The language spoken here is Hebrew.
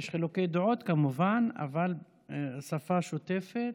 יש חילוקי דעות, כמובן, אבל שפה שוטפת,